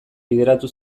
bideratu